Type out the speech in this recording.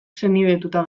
senidetuta